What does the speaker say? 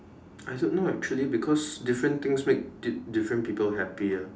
I don't know actually because different things make di~ different people happy ah